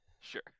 Sure